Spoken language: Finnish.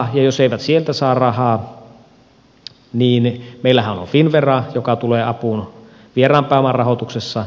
ja jos eivät sieltä saa rahaa niin meillähän on finnvera joka tulee apuun vieraan pääoman rahoituksessa